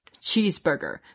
cheeseburger